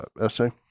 essay